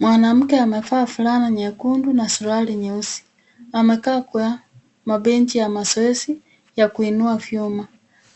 Mwanamke amevaa fulana nyekundu na suruali nyeusi. Amekaa kwa mabenchi ya mazoezi, ya kuinua vyuma.